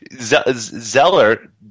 zeller